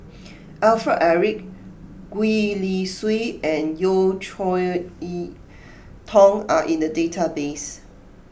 Alfred Eric Gwee Li Sui and Yeo Cheow Yi Tong are in the database